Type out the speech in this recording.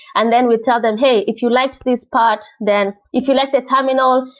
and then we tell them, hey, if you like this part, then if you like the terminal,